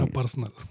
personal